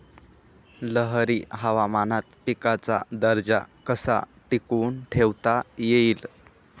लहरी हवामानात पिकाचा दर्जा कसा टिकवून ठेवता येईल?